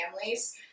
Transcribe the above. families